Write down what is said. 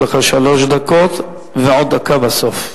יש לך שלוש דקות ועוד דקה בסוף,